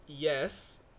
yes